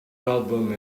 album